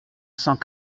cent